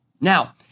Now